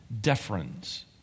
deference